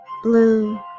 blue